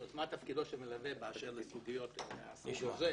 זאת אומרת: מה תפקידו של מלווה באשר לסוגיות מהסוג הזה.